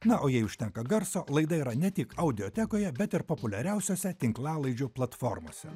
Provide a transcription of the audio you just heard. na o jei užtenka garso laida yra ne tik audiotekoje bet ir populiariausiose tinklalaidžių platformose